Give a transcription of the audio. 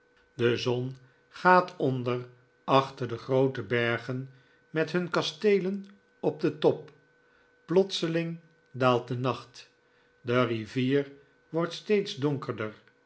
de zon gaat onder achter de groote bergen met hun kasteelen op den top plotseling daalt de nacht de rivier wordt steeds donkerder